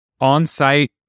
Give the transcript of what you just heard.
on-site